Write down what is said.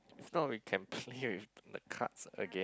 if not we can play with the cards again